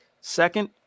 second